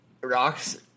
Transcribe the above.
Rocks –